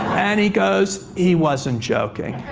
and he goes, he wasn't joking.